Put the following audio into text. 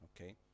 Okay